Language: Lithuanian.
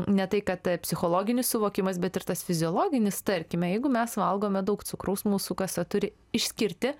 ne tai kad psichologinis suvokimas bet ir tas fiziologinis tarkime jeigu mes valgome daug cukraus mūsų kasa turi išskirti